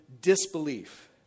disbelief